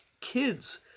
kids